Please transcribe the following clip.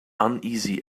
uneasy